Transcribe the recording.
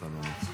כנסת נכבדה,